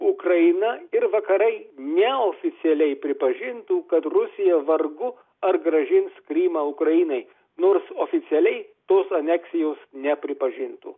ukraina ir vakarai neoficialiai pripažintų kad rusija vargu ar grąžins krymą ukrainai nors oficialiai tos aneksijos nepripažintų